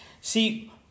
See